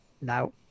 now